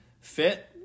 fit